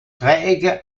dreiecke